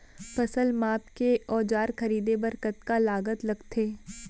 फसल मापके के औज़ार खरीदे बर कतका लागत लगथे?